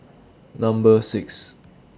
Number six